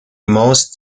most